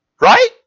Right